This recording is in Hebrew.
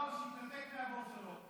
רוצים לדבר איתו שיתנתק מהבוס שלו.